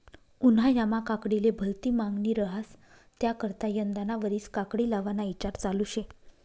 उन्हायामा काकडीले भलती मांगनी रहास त्याकरता यंदाना वरीस काकडी लावाना ईचार चालू शे